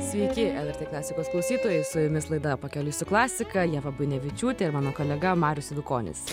sveiki lrt klasikos klausytojai su jumis laida pakeliui su klasika ieva buinevičiūtė ir mano kolega marius eidukonis